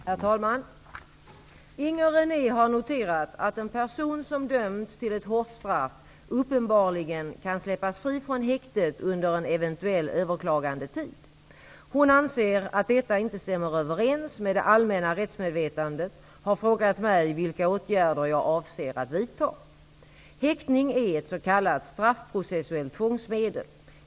Herr talman! Inger René har noterat att en person som dömts till ett hårt straff uppenbarligen kan släppas fri från häktet under en eventuell överklagandetid. Hon anser att detta inte stämmer överens med det allmänna rättsmedvetandet och har frågat mig vilka åtgärder jag avser att vidta. Häktning är ett s.k. straffprocessuellt tvångsmedel.